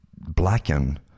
blacken